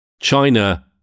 China